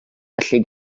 felly